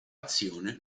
azione